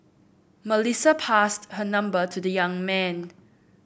Melissa passed her number to the young man